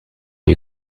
you